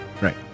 right